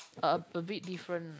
uh a bit different